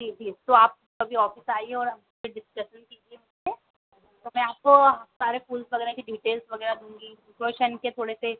जी जी तो आप कभी ऑफ़िस आइए और हमसे डिस्कसन कीजिए ओके तो मैं आपको सारे फूल वगैरह की डिटेल दूँगी फ़ंक्शंस के थोड़े से